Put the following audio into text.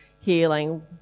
healing